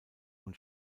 und